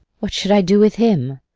what should i do with him?